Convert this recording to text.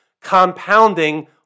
compounding